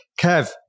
Kev